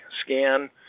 scan